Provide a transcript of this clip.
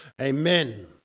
Amen